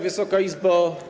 Wysoka Izbo!